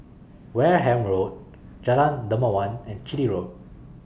Wareham Road Jalan Dermawan and Chitty Road